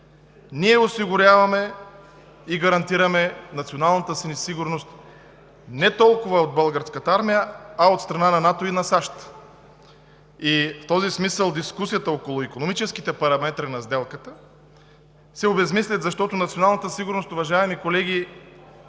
ние осигуряваме и гарантираме националната си сигурност не толкова от Българската армия, а от страна на НАТО и на САЩ. В този смисъл дискусията около икономическите параметри на сделката се обезсмислят, защото националната сигурност, уважаеми колеги,